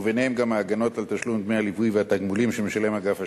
וביניהן גם ההגנות על תשלום דמי הליווי והתגמולים שמשלם אגף השיקום,